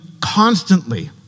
constantly